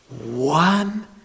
one